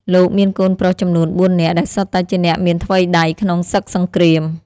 លោកមានកូនប្រុសចំនួន ៤ នាក់ ដែលសុទ្ធតែជាអ្នកមានថ្វីដៃក្នុងសឹកសង្គ្រាម។